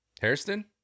Harrison